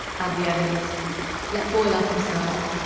add the onions let boil up and serve.